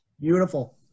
Beautiful